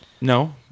No